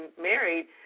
married